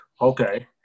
okay